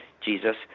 Jesus